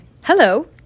hello